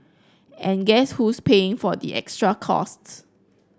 and guess who's paying for the extra costs